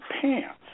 pants